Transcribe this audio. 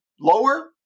lower